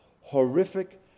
horrific